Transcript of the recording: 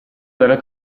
dalla